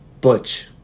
Butch